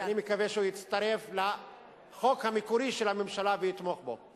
אני מקווה שהוא יצטרף לחוק המקורי של הממשלה ויתמוך בו.